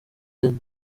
and